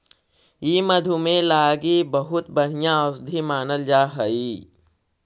ई मधुमेह लागी बहुत बढ़ियाँ औषधि मानल जा हई